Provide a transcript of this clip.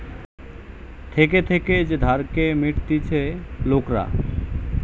থেকে থেকে যে ধারকে মিটতিছে লোকরা